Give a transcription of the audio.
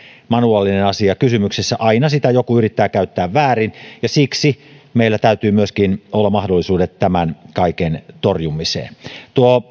manuaaliset asiat kysymyksessä aina niitä joku yrittää käyttää väärin ja siksi meillä täytyy myöskin olla mahdollisuudet tämän kaiken torjumiseen tuo